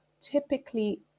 typically